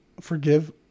forgive